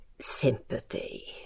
Sympathy